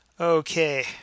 Okay